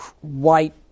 white